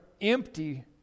empty